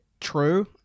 true